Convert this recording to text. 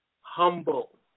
humble